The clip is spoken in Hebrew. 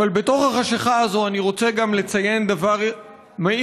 אבל בתוך החשכה הזו אני רוצה גם לציין דבר מאיר,